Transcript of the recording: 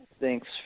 Thanks